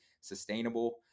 sustainable